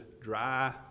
dry